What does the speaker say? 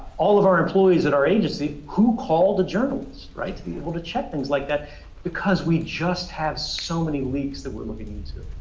all of our employees at our agency who called the journalist, right? to be able to check things like that because we just have so many leaks that we're looking into.